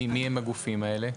מי הם הגופים האלה?